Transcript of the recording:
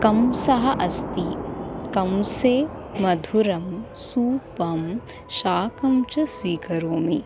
कंसः अस्ति कंसे मधुरं सूपं शाकं च स्वीकरोमि